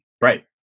right